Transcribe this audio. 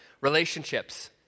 relationships